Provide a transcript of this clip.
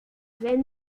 wenn